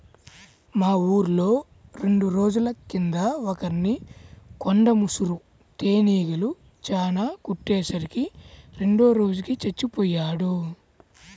మా ఊర్లో రెండు రోజుల కింద ఒకర్ని కొండ ముసురు తేనీగలు చానా కుట్టే సరికి రెండో రోజుకి చచ్చిపొయ్యాడు